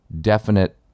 definite